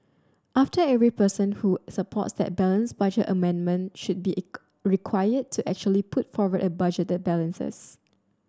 after every person who supports the balanced budget amendment should be required to actually put forward a budget that balances